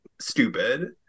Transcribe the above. stupid